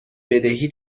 بدهی